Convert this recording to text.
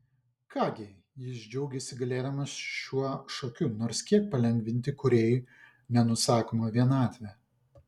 ką gi jis džiaugėsi galėdamas šiuo šokiu nors kiek palengvinti kūrėjui nenusakomą vienatvę